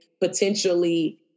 potentially